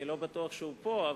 אני לא בטוח שהוא פה.